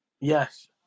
Yes